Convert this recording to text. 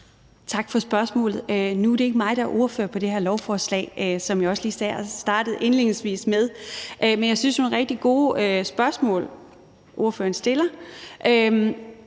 Tak for spørgsmålet. Nu er det ikke mig, der er ordfører på området, hvilket jeg også sagde indledningsvis. Men jeg synes, at det er nogle rigtig gode spørgsmål, som ordføreren stiller.